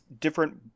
different